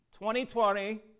2020